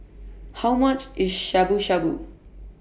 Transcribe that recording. How much IS Shabu Shabu